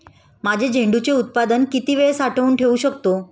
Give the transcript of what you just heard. माझे झेंडूचे उत्पादन किती वेळ साठवून ठेवू शकतो?